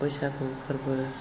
बैसागु फोरबो